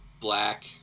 black